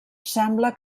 sembla